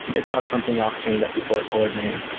it's not something off chain that people are coordinating.